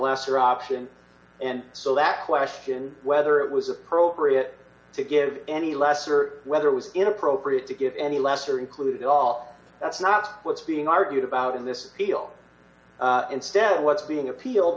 lesser option and so that question whether it was appropriate to give any lesser whether it was inappropriate to give any lesser included all that's not what's being argued about in this appeal instead what's being appealed